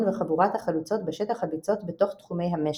וחבורת החלוצות בשטח הביצות בתוך תחומי המשק,